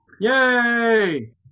Yay